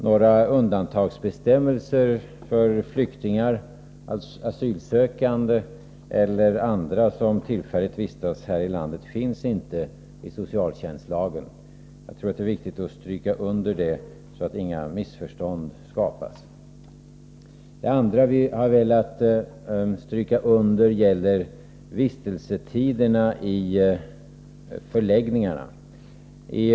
Några undantagsbestämmelser för flyktingar, asylsökande eller andra som tillfälligt vistas här i landet finns inte i socialtjänstlagen. Jag tror att det är viktigt att stryka under det, så att inga missförstånd skapas. Det andra vi har velat stryka under gäller vistelsetiderna i förläggningarna.